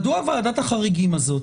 מדוע ועדת החריגים הזאת